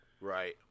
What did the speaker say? Right